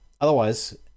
Otherwise